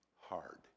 hard